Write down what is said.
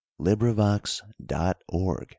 LibriVox.org